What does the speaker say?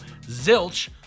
zilch